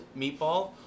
meatball